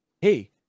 hey